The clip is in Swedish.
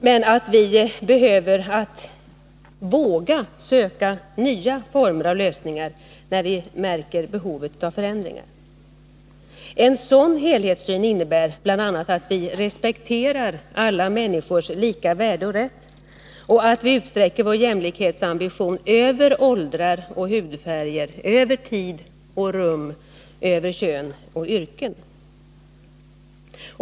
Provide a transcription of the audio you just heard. Vi måste emellertid våga söka nya former av lösningar, när vi märker behovet av förändringar. En sådan helhetssyn innebär bl.a. att vi respekterar alla människors lika värde och rätt samt att vi utsträcker vår jämlikhetsambition över åldrar och hudfärger, över tid och rum, över kön och yrken.